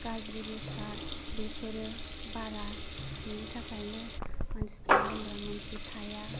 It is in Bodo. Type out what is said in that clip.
गाज्रि बेसाद बेफोरो बारा बेनि थाखायनो मानसिफोरा लोंग्रा मानसि थाया